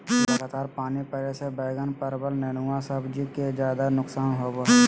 लगातार पानी पड़े से बैगन, परवल, नेनुआ सब्जी के ज्यादा नुकसान होबो हइ